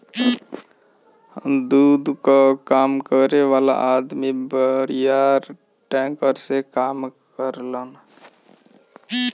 दूध कअ काम करे वाला अदमी बड़ियार टैंकर से काम करेलन